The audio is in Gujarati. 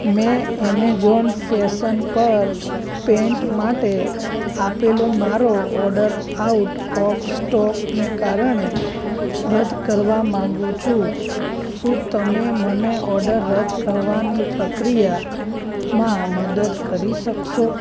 મેં એમેઝોન ફેશન પર પેન્ટ માટે આપેલો મારો ઓર્ડર આઉટ ઓફ સ્ટોકને કારણે રદ કરવા માંગુ છું શું તમે મને ઓર્ડર રદ કરવાની પ્રક્રિયામાં મદદ કરી શકશો